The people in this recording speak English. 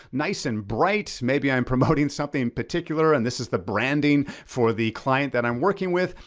nice and bright. maybe i'm promoting something in particular. and this is the branding for the client that i'm working with.